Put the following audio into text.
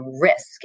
risk